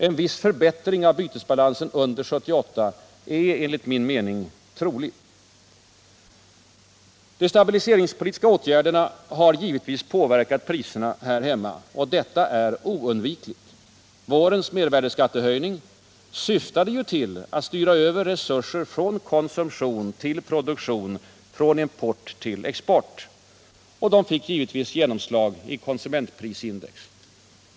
En viss förbättring av bytesbalansen under 1978 är enligt min mening trolig. De stabiliseringspolitiska åtgärderna har givetvis påverkat priserna här hemma, och detta är oundvikligt. Vårens mervärdeskattehöjning syftade ju till att styra över resurser från konsumtion till produktion och från importtill exportsidan. De fick givetvis genomslag på konsumentprisindex.